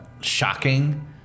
shocking